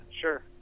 sure